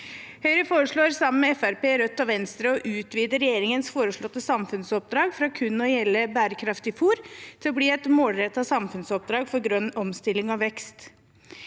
Høyre foreslår sammen med Fremskrittspartiet, Rødt og Venstre å utvide regjeringens foreslåtte samfunnsoppdrag fra kun å gjelde bærekraftig fôr til å bli et målrettet samfunnsoppdrag for «Grønn omstilling og vekst».